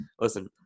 listen